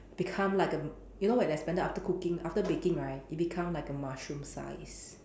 become like a you know when it expanded after cooking after baking right it become like a mushroom size